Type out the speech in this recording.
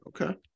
Okay